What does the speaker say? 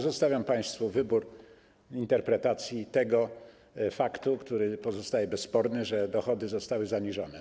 Zostawiam państwu wybór interpretacji faktu, który pozostaje bezsporny: dochody zostały zaniżone.